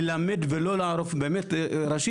ללמד ולא לערוף ראשים.